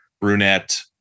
brunette